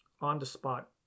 on-the-spot